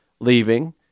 leaving